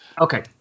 Okay